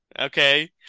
okay